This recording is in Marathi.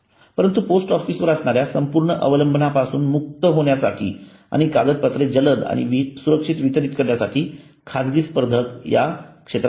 परंतु पोस्ट ऑफिसवर असणाऱ्या संपूर्ण अवलंबना पासून मुक्त होण्यासाठी आणि कागदपत्रे जलद आणि सुरक्षित वितरित करण्यासाठी खाजगी स्पर्धक या क्षेत्रात आले